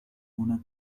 una